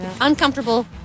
uncomfortable